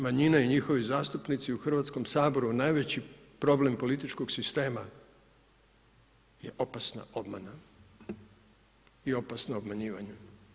manjine i njihovi zastupnici u Hrvatskom saboru, najveći problem političkog sistema je opasna obmana i opasno obmanjivanje.